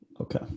Okay